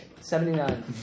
Seventy-nine